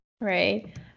Right